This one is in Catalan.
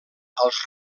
als